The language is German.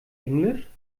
englisch